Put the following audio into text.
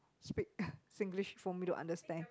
speak Singlish for me to understand